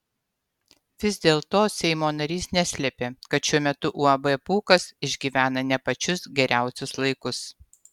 vis dėlto seimo narys neslėpė kad šiuo metu uab pūkas išgyvena ne pačius geriausius laikus